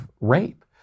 rape